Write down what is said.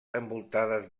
envoltades